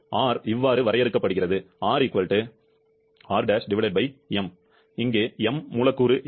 R இவ்வாறு வரையறுக்கப்படுகிறது எங்கே M மூலக்கூறு எடை